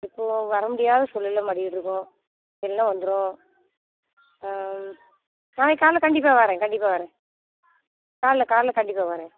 இப்போ வர முடியாத சூழ்நிலையில் மாட்டிகிட்டுருக்கோம் இல்லைனா வந்துவிடுவோம் நாளைக்கி காலையில கண்டிப்பாக வரேன் கண்டிப்பாக வரேன் காலைல காலைல கண்டிப்பாக வரேன்